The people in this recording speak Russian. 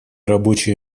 рабочие